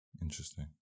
Interesting